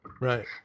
Right